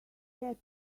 get